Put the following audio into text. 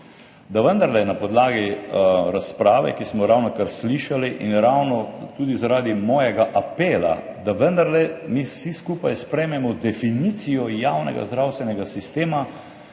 da vendarle na podlagi razprave, ki smo jo ravnokar slišali, in ravno tudi zaradi mojega apela, da vendarle mi vsi skupaj sprejmemo definicijo javnega zdravstvenega sistema